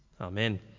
Amen